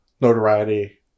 notoriety